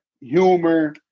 humor